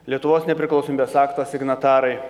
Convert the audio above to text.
lietuvos nepriklausomybės akto signatarai